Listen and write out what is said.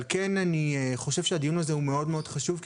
על כן אני חושב שהדיון הזה הוא מאוד מאוד חשוב,